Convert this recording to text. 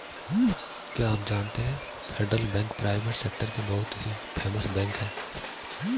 क्या आप जानते है फेडरल बैंक प्राइवेट सेक्टर की बहुत ही फेमस बैंक है?